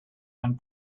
and